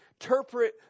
interpret